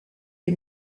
les